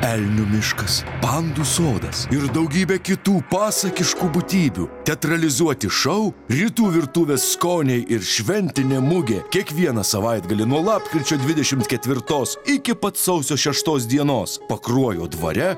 elnių miškas pandų sodas ir daugybė kitų pasakiškų būtybių teatralizuoti šou rytų virtuvės skoniai ir šventinė mugė kiekvieną savaitgalį nuo lapkričio dvidešimt ketvirtos iki pat sausio šeštos dienos pakruojo dvare